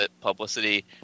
publicity